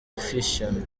fission